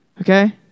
okay